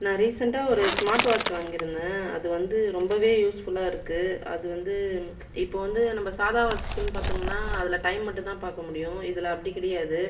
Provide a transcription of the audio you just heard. நான் ரீசன்ட்டா ஒரு ஸ்மார்ட் வாட்ச்சு வாங்கியிருந்தேன் அது வந்து ரொம்பவே யூஸ்ஃபுல்லாக இருக்குது அது வந்து இப்போ வந்து நம்ம சாதா வாட்ச்சுக்குனு பார்த்தோம்னா அதில் டைம் மட்டுந்தான் பார்க்க முடியும் இதில் அப்படி கிடையாது